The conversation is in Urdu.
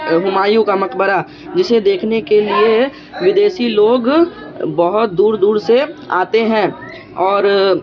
ہمایوں کا مقبرہ جسے دیکھنے کے لیے ودیسی لوگ بہت دور دور سے آتے ہیں اور